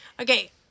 Okay